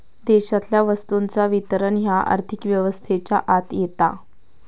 देशातल्या वस्तूंचा वितरण ह्या आर्थिक व्यवस्थेच्या आत येता